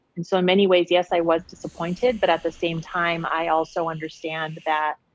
and so in many ways, yes, i was disappointed. but at the same time, i also understand that.